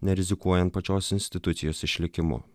nerizikuojant pačios institucijos išlikimu